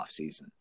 offseason